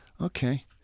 okay